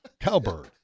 Cowbird